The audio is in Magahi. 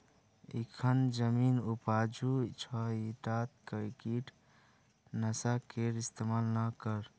इखन जमीन उपजाऊ छ ईटात कीट नाशकेर इस्तमाल ना कर